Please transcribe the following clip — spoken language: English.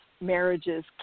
marriages